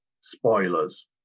Spoilers